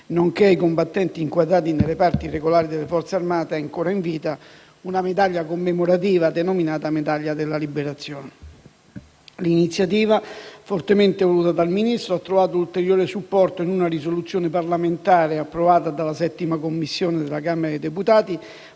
nonché ai combattenti inquadrati nei reparti regolari delle Forze armate ancora in vita una medaglia commemorativa denominata "medaglia della Liberazione". L'iniziativa, fortemente voluta dal Ministro, ha trovato ulteriore supporto in una risoluzione parlamentare, approvata dalla VII Commissione della Camera dei deputati